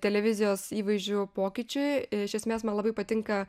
televizijos įvaizdžių pokyčiui iš esmės man labai patinka